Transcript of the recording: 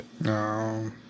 No